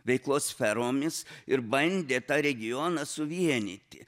veiklos sferomis ir bandė tą regioną suvienyti